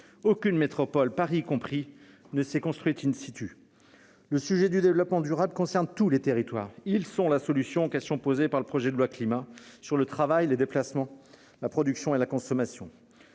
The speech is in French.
Aucune métropole, y compris Paris, ne s'est construite. Le sujet du développement durable concerne tous les territoires. Ces derniers sont la solution aux questions posées par le projet de loi Climat sur le travail, les déplacements, la production et la consommation.